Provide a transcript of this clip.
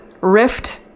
rift